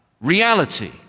reality